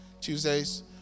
Tuesdays